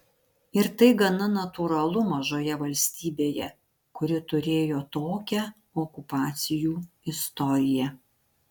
ir tai gana natūralu mažoje valstybėje kuri turėjo tokią okupacijų istoriją